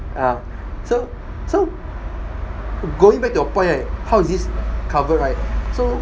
yah so so going back to your point right how is this covered right so